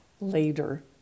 later